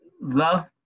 love